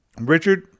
Richard